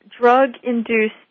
drug-induced